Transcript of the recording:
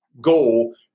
goal